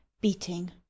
beating